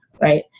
right